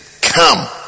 come